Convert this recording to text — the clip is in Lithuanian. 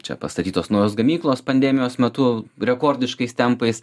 čia pastatytos naujos gamyklos pandemijos metu rekordiškais tempais